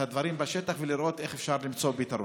הדברים בשטח ולראות איך אפשר למצוא פתרון.